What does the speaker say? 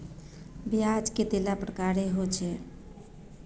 ब्याज कतेला प्रकारेर होचे?